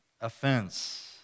offense